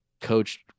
coached